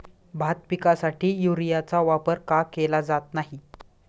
भात पिकासाठी युरियाचा वापर का केला जात नाही?